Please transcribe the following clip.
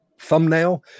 thumbnail